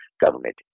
government